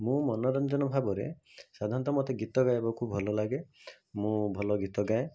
ମୁଁ ମନୋରଞ୍ଜନ ଭାବରେ ସାଧାରଣତଃ ମୋତେ ଗୀତ ଗାଇବାକୁ ଭଲଲାଗେ ମୁଁ ଭଲ ଗୀତ ଗାଏ